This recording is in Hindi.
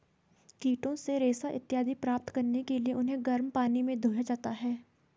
कीटों से रेशा इत्यादि प्राप्त करने के लिए उन्हें गर्म पानी में धोया जाता है